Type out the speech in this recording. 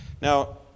Now